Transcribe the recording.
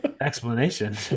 explanation